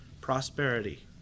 prosperity